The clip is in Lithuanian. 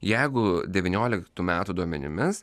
jeigu devynioliktų metų duomenimis